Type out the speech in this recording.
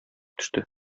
төште